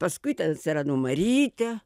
paskui ten atsirado marytė